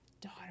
daughter